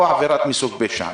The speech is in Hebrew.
או עבירה מסוג פשע.